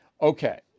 Okay